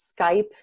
Skype